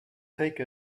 take